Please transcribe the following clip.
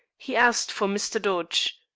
he asked for mr. dodge.